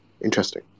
interesting